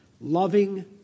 loving